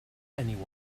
anyone